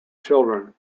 children